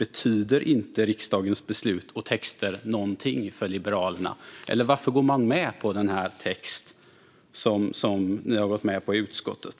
Betyder inte riksdagens beslut och texter någonting för Liberalerna? Eller varför går man med på den text som ni har gått med på i utskottet?